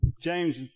James